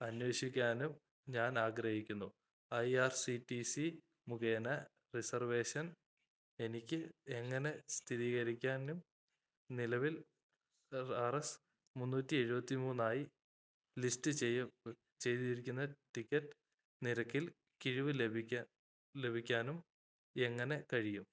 അന്വേഷിക്കാന് ഞാൻ ആഗ്രഹിക്കുന്നു I R C T C മുഖേന റിസർവേഷൻ എനിക്ക് എങ്ങനെ സ്ഥിരീകരിക്കാനും നിലവിൽ ആർ എസ് മുന്നൂറ്റി എഴുപത്തി മൂന്നായി ലിസ്റ്റ് ചെയ്തിരിക്കുന്ന ടിക്കറ്റ് നിരക്കിൽ കിഴിവു ലഭിക്കാനും എങ്ങനെ കഴിയും